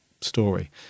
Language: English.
story